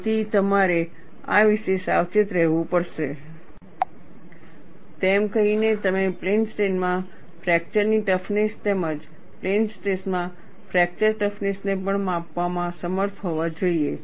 તેથી તમારે થા વિશે સાવચેત રહેવું પડશે તેમ કહીને તમે પ્લેન સ્ટ્રેઈન માં ફ્રેક્ચરની ટફનેસ તેમજ પ્લેન સ્ટ્રેસ માં ફ્રેક્ચર ટફનેસ ને પણ માપવામાં સમર્થ હોવા જોઈએ